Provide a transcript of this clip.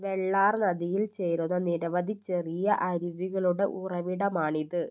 വെള്ളാർ നദിയിൽ ചേരുന്ന നിരവധി ചെറിയ അരുവികളുടെ ഉറവിടമാണിത്